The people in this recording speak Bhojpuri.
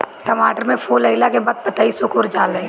टमाटर में फूल अईला के बाद पतईया सुकुर जाले?